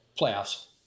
playoffs